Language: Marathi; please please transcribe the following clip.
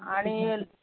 आणि